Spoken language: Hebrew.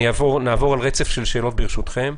נעבור על רצף שאלות ברשותכם,